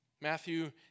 Matthew